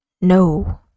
No